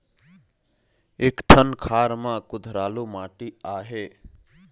एक ठन खार म कुधरालू माटी आहे?